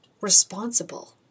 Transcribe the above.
responsible